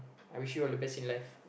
I wish you all the best in life